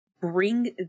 bring